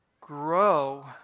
grow